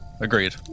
agreed